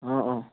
অঁ অঁ